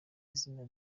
izina